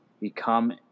become